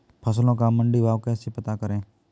फसलों का मंडी भाव कैसे पता करें?